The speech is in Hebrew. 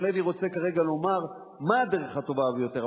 לא הייתי רוצה כרגע לומר מה הדרך הטובה ביותר,